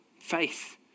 Faith